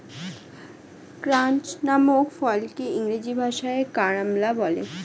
ক্রাঞ্চ নামক ফলকে ইংরেজি ভাষায় কারাম্বলা বলে